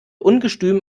ungestüm